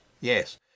yes